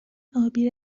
ابی